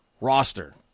roster